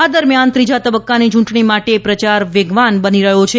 આ દરમ્યાન ત્રીજા તબક્કાની ચૂંટણી માટે પ્રચાર વેગવાન બની રહ્યો છે